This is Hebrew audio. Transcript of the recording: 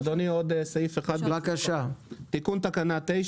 אדוני, עוד סעיף אחד: תיקון תקנה 9